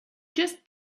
just